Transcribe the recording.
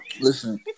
Listen